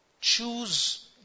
choose